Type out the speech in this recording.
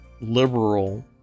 liberal